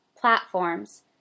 platforms